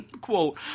Quote